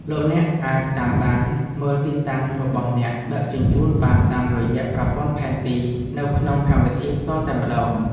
លោកអ្នកអាចតាមដានមើលទីតាំងរបស់អ្នកដឹកជញ្ជូនបានតាមរយៈប្រព័ន្ធផែនទីនៅក្នុងកម្មវិធីផ្ទាល់តែម្តង។